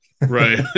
Right